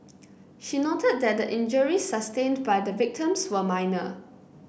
she noted that the injuries sustained by the victims were minor